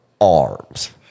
arms